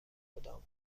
کدام